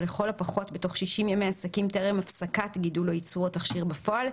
ולכל הפחות בתוך 60 ימי עסקים טרם הפסקת גידול או ייצור התכשיר בפועל,